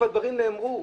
והדברים נאמרו,